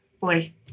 boy